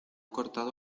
cortado